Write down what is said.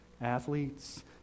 Athletes